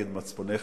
נגד מצפונך